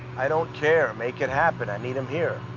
i don't care. make it happen. i need him here.